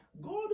God